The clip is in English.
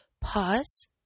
pause